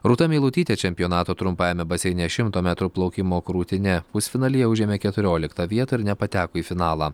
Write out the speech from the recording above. rūta meilutytė čempionato trumpajame baseine šimto metrų plaukimo krūtine pusfinalyje užėmė keturioliktą vietą ir nepateko į finalą